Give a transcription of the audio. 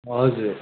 हजुर